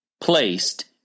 placed